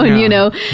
ah you know?